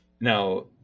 Now